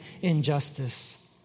injustice